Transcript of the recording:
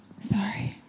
Sorry